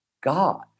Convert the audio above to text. God